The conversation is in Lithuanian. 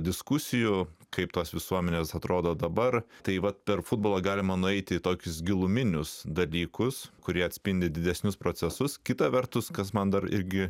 diskusijų kaip tos visuomenės atrodo dabar tai vat per futbolą galima nueiti tokius giluminius dalykus kurie atspindi didesnius procesus kita vertus kas man dar irgi